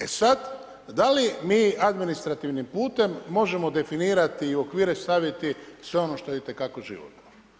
E sad, da li mi administrativnim putem možemo definirati i u okvire staviti sve ono što je itekako životno.